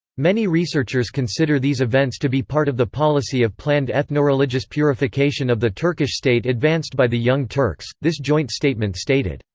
many researchers consider these events to be part of the policy of planned ethnoreligious purification of the turkish state advanced by the young turks this joint statement stated,